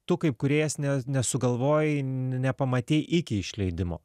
tu kaip kūrėjas ne nesugalvojai nepamatei iki išleidimo